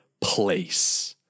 place